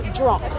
drunk